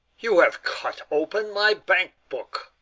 you have cut open my bank book.